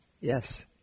Yes